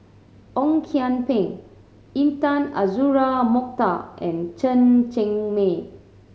Ong Kian Peng Intan Azura Mokhtar and Chen Cheng Mei